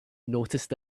noticed